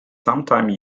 sometimes